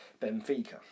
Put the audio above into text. Benfica